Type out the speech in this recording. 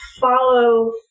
follow